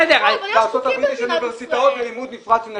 בארצות הברית יש אוניברסיטאות ולימוד נפרד של נשים.